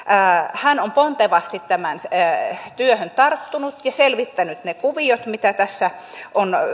hän on pontevasti tähän työhön tarttunut ja selvittänyt ne kuviot mitä tässä on